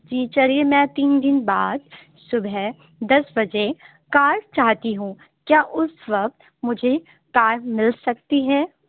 جی چلیے میں تین دن بعد صبح دس بجے کار چاہتی ہوں کیا اس وقت مجھے کار مل سکتی ہے